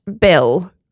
bill